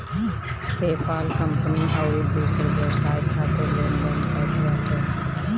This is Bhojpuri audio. पेपाल कंपनी अउरी दूसर व्यवसाय खातिर लेन देन करत बाटे